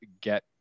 get